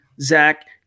Zach